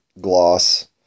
gloss